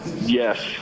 Yes